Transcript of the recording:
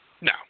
No